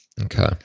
Okay